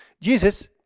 Jesus